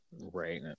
Right